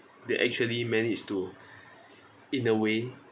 they actually managed to in a way